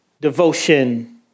devotion